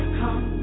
come